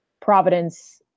Providence